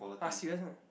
!huh! serious meh